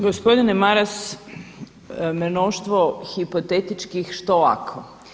Gospodine Maras, mnoštvo hipotetičkih što ako?